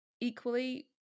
equally